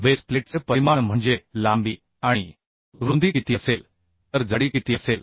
base प्लेटचे परिमाण म्हणजे लांबी आणि रुंदी किती असेल तर जाडी किती असेल